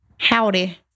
Howdy